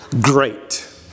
great